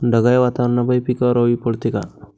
ढगाळ वातावरनापाई पिकावर अळी पडते का?